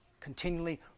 continually